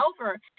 over